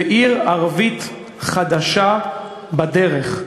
ועיר ערבית חדשה בדרך.